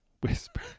Whisper